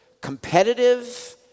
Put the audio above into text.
competitive